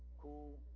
cool